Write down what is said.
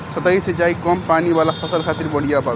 सतही सिंचाई कम पानी वाला फसल खातिर बढ़िया बावे